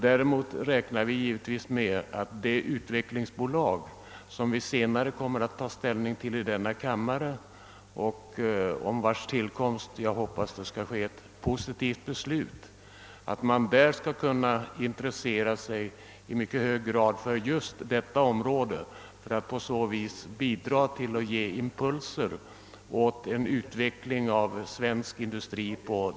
Däremot räknar vi givetvis med att man i det utvecklingsbolag, som vi senare kommer att få ta ställning till i denna kammare och om vars tillkomst jag hoppas att ett positivt beslut skall komma att fattas, skall kunna intressera sig i mycket hög grad för just detta område för att därigenom bidraga till en impulsgivning för utvecklingen av en sådan svensk industri.